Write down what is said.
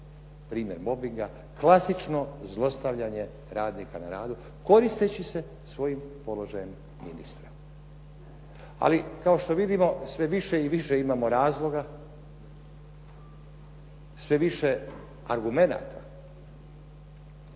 primjer mobinga, klasično zlostavljanje radnika na radu koristeći se svojim položajem ministra. Ali kao što vidimo, sve više i više imamo razloga, sve više argumenata